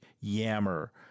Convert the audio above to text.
Yammer